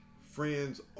Friends